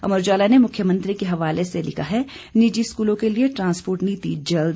अमर उजाला ने मुख्यमंत्री के हवाले से लिखा है निजी स्कूलों के लिए ट्रांसपोर्ट नीति जल्द